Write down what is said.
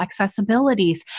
accessibilities